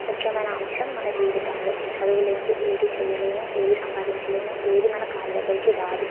ముఖ్యమైన అంశం మన జీవితంలో చదువు లేనిది ఏది చెయ్యలేము ఏది సంపాదించలేను ఏది మన కాళ్ళ దగ్గరికి రాదు